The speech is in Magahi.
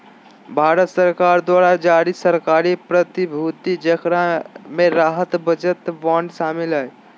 भारत सरकार द्वारा जारी सरकारी प्रतिभूति जेकरा मे राहत बचत बांड शामिल हइ